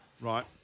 Right